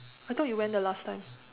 I thought you went the last time